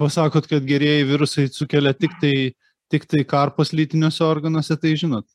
pasakot kad gerieji virusai sukelia tiktai tiktai karpas lytiniuose organuose tai žinot